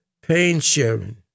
pain-sharing